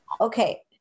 Okay